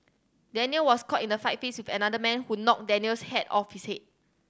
Daniel was caught in a fight fist with another man who knocked Daniel's hat off his head